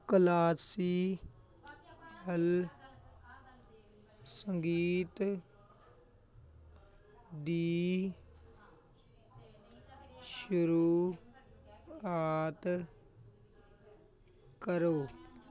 classical ਸੰਗੀਤ ਦੀ ਸ਼ੁਰੂਆਤ ਕਰੋ